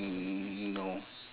no